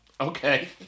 Okay